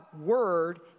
word